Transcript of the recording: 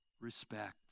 Respect